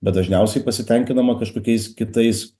bet dažniausiai pasitenkinama kažkokiais kitais